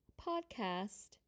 podcast